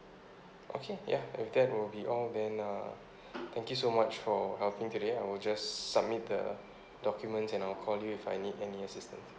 okay ya that will be all then uh thank you so much for helping today I will just submit the documents and I'll call you if I need any assistance